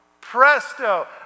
presto